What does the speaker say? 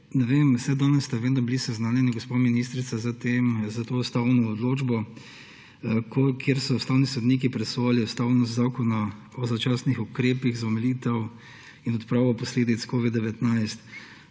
Ne vem, saj danes ste vendar bili seznanjeni, gospa ministrica, s to ustavno odločbo, kjer so ustavni sodniki presojali ustavnost Zakona o začasnih ukrepih za omilitev in odpravo posledic COVID-19,